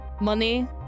Money